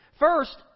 First